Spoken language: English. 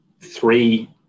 three